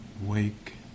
wake